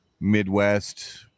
Midwest